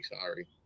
Sorry